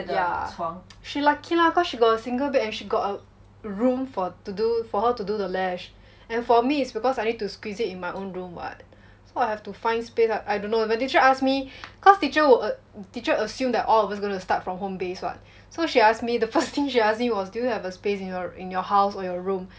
her yeah she lucky lah cause she got a single bed and she got a room for to do for her to do the lash and for me it's because I need to squeeze it in my own room [what] so I have to find space I don't know the teacher ask me cause teacher wo~ teacher assume that all of us gonna start from home based [what] so she ask me the first thing she ask me was do you have a space in your in your house or your room